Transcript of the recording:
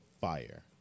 Fire